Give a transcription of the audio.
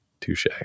Touche